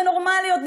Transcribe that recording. בנורמליות,